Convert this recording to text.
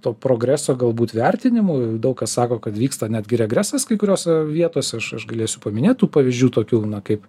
to progreso galbūt vertinimu daug kas sako kad vyksta netgi regresas kai kuriose vietose aš aš galėsiu paminėtų tų pavyzdžių tokių kaip